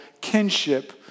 kinship